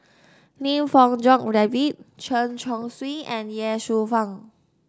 Lim Fong Jock David Chen Chong Swee and Ye Shufang